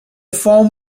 form